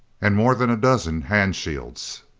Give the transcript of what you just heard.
and more than a dozen hand shields.